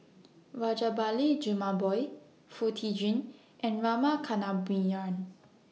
Rajabali Jumabhoy Foo Tee Jun and Rama Kannabiran